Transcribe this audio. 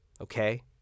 okay